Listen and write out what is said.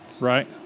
Right